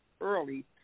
early